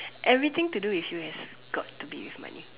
everything to do with you has got to do with money